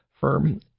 firm